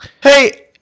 Hey